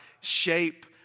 shape